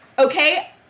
okay